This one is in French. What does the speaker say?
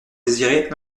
désirez